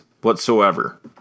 whatsoever